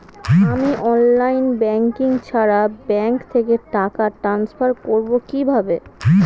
আমি online banking ছাড়া bank থেকে টাকা ট্রান্সফার করবো কিভাবে?